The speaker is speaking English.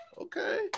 okay